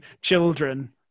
children